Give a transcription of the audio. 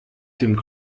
dem